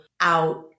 out